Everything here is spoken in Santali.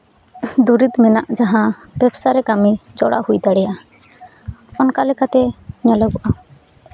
ᱫᱩᱨᱤᱵᱽ ᱢᱮᱱᱟᱜ ᱡᱟᱦᱟᱸ ᱵᱮᱵᱽᱥᱟᱨᱮ ᱠᱟᱹᱢᱤ ᱡᱚᱲᱟᱣ ᱦᱩᱭ ᱫᱟᱲᱮᱭᱟᱜᱼᱟ ᱚᱱᱠᱟ ᱞᱮᱠᱟᱛᱮ ᱧᱮᱞᱚᱜᱚᱜᱼᱟ